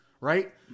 right